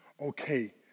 okay